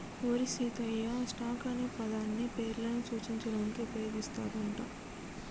ఓరి సీతయ్య, స్టాక్ అనే పదాన్ని పేర్లను సూచించడానికి ఉపయోగిస్తారు అంట